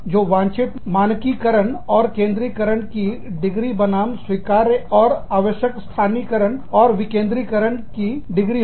तो वांछित मानकीकरण और केंद्रीकरण की डिग्री बनाम स्वीकार्य और आवश्यक स्थानीयकरण और विकेंद्रीकरण की डिग्री हो